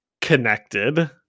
connected